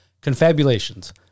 confabulations